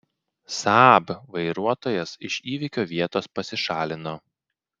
saab vairuotojas iš įvykio vietos pasišalino